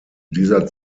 dieser